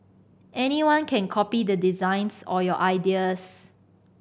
anyone can copy the designs or your ideas